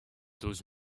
douze